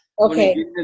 okay